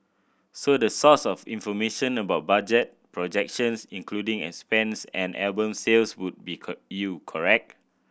so the source of information about budget projections including expense and album sales would be you correct